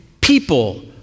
people